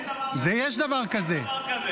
אין דבר כזה.